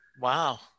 Wow